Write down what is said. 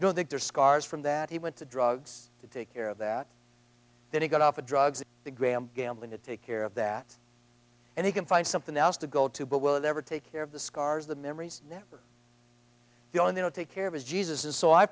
you don't think there's scars from that he went to drugs to take care of that then he got off the drugs the gram gambling to take care of that and he can find something else to go to but will never take care of the scars the memories for you and you know take care of his jesus is so i